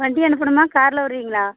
வண்டி அனுப்பணுமா காரில் வருவீங்களா